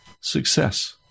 success